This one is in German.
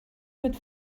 mit